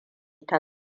ta